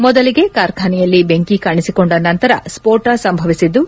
ಮೊದಲಿಗೆ ಕಾರ್ಖಾನೆಯಲ್ಲಿ ಬೆಂಕಿ ಕಾಣಿಸಿಕೊಂಡ ನಂತರ ಸ್ತೋಟ ಸಂಭವಿಸಿದ್ದು